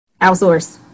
outsource